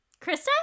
krista